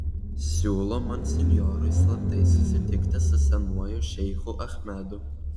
siūlo monsinjorui slaptai susitikti su senuoju šeichu achmedu